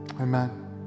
Amen